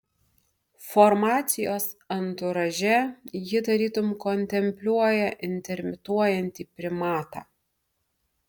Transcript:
formacijos anturaže ji tarytum kontempliuoja intermituojantį primatą